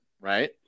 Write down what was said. right